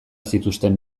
zituzten